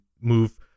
move